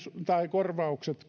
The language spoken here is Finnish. korvaukset